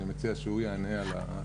אני מציע שהוא יענה על.